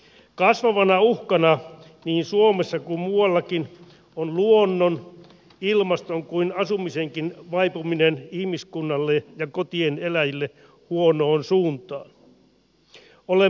kasvavana uhkana niin suomessa kuin muuallakin on luonnon ilmaston kuin asumisenkin vaipuminen ihmiskunnalle ja kotien eläjille huonoon suuntaan